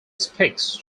speaks